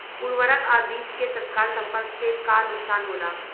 उर्वरक अ बीज के तत्काल संपर्क से का नुकसान होला?